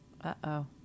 Uh-oh